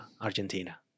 Argentina